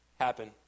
happen